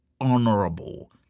honorable